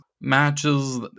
matches